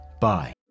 Bye